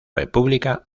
república